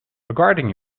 regarding